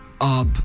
Up